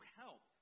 help